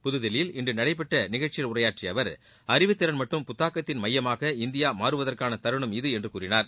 புதுதில்லியில் இன்று நடைபெற்ற நிகழ்ச்சியில் உரையாற்றிய அவர் அறிவுத்திறன் மற்றும் புத்தாக்கத்தின் மையமாக இந்தியா மாறுவதற்கான தருணம் இது என்று கூறினார்